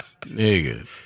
nigga